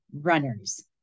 runners